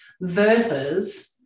versus